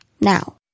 now